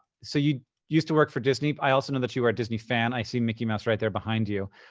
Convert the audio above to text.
so you used to work for disney. i also know that you are a disney fan. i see mickey mouse right there behind you.